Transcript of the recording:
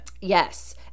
Yes